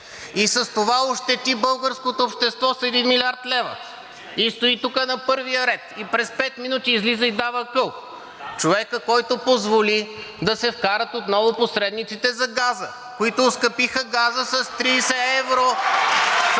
и с това ощети българското обществото с 1 млрд. лв. и стои тук на първия ред, и през пет минути излиза и дава акъл. Човекът, който позволи да се вкарат отново посредниците за газа, които оскъпиха газа с 30 евро.